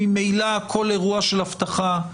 ממילא כול אירוע של אבטחה,